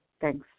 thanks